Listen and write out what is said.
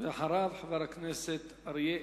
אחריו חבר הכנסת אריה אלדד.